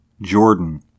Jordan